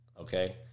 Okay